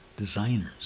designers